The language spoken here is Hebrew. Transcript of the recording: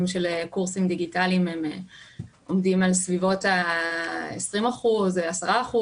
של קורסים דיגיטליים עומדים על בסביבות 20% או 10%,